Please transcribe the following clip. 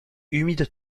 humides